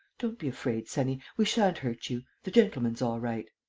don't be afraid, sonnie, we sha'n't hurt you the gentleman's all right.